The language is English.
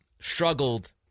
struggled